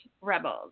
rebels